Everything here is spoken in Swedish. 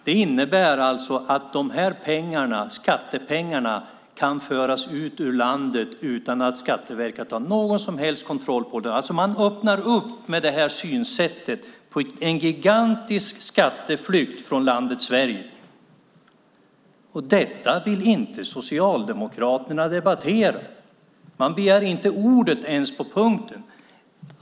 Det innebär att de här skattepengarna kan föras ut ur landet utan att Skatteverket har någon som helst kontroll på det. Med det här synsättet öppnar man alltså upp för en gigantisk skatteflykt från landet Sverige. Detta vill inte Socialdemokraterna debattera! Man begär inte ens ordet på punkten.